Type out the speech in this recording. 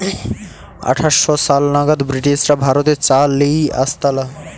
আঠার শ সাল নাগাদ ব্রিটিশরা ভারতে চা লেই আসতালা